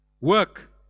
work